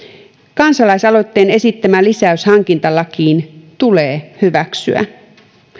kansalaisaloitteen esittämä lisäys hankintalakiin tulee hyväksyä